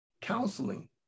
counseling